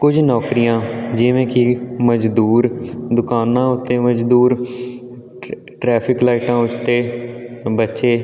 ਕੁਝ ਨੌਕਰੀਆਂ ਜਿਵੇਂ ਕਿ ਮਜ਼ਦੂਰ ਦੁਕਾਨਾਂ ਉੱਤੇ ਮਜ਼ਦੂਰ ਟ ਟਰੈਫਿਕ ਲਾਈਟਾਂ ਉੱਤੇ ਬੱਚੇ